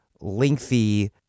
lengthy